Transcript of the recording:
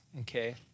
okay